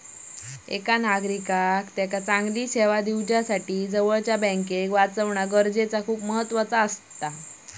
एका नागरिकाक चांगली सेवा दिवच्यासाठी जवळच्या बँकेक वाचवणा गरजेचा आसा